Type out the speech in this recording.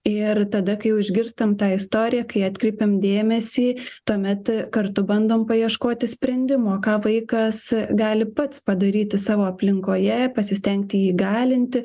ir tada kai jau išgirstam tą istoriją kai atkreipiam dėmesį tuomet kartu bandom paieškoti sprendimo ką vaikas gali pats padaryti savo aplinkoje pasistengti jį įgalinti